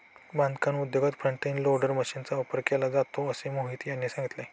बांधकाम उद्योगात front end loader मशीनचा वापर केला जातो असे मोहित यांनी सांगितले